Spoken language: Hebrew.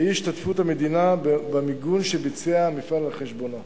אי-השתתפות המדינה במיגון שביצע המפעל על חשבונו.